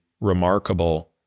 remarkable